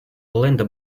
linda